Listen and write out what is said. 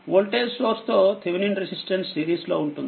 voltage source తోథెవెనిన్రెసిస్టెన్స్ సిరీస్లో ఉంటుంది